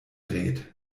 dreht